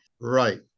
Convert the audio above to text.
Right